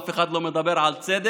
אף אחד לא מדבר על צדק"?